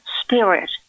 spirit